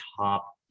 top